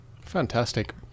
Fantastic